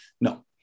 No